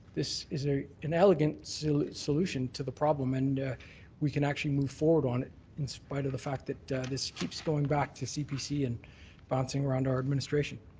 this is an ah inelegant so solution to the problem and we can actually move forward on it in spite of the fact that this keeps going back to cpc and bouncing around our administration.